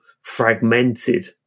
fragmented